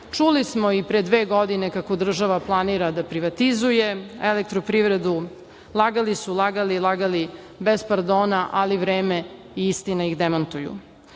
Čuli smo i pre dve godine kako država planira da privatizuje "Elektroprivredu". Lagali su, lagali i lagali bez pardona, ali vreme i istina ih demantuju. Zaposleni